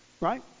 right